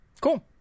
Cool